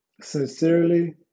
sincerely